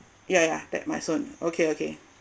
yeah yeah that my son okay okay